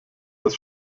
das